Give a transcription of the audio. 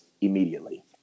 immediately